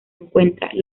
encuentren